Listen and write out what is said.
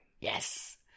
Yes